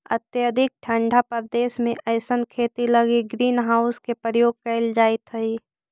अत्यधिक ठंडा प्रदेश में अइसन खेती लगी ग्रीन हाउस के प्रयोग कैल जाइत हइ